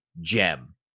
gem